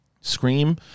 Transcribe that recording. Scream